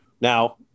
Now